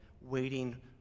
waiting